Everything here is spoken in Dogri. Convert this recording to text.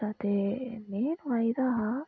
ते में बनाई दा हा